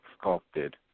sculpted